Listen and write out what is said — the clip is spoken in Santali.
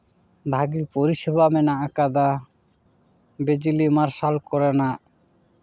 ᱵᱷᱟᱜᱮ ᱯᱚᱨᱤᱥᱮᱵᱟ ᱢᱮᱱᱟᱜ ᱟᱠᱟᱫᱟ ᱵᱤᱡᱽᱞᱤ ᱢᱟᱨᱥᱟᱞ ᱠᱚᱨᱮᱱᱟᱜ